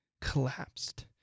collapsed